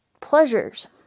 pleasures